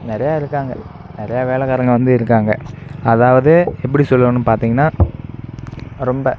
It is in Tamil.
நிறையா இருக்காங்க நிறையா வேலைக்காரவுங்க வந்து இருக்காங்க அதாவது எப்படி சொல்லணும்னு பார்த்தீங்கன்னா ரொம்ப